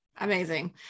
Amazing